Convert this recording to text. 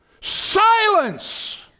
Silence